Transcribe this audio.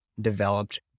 developed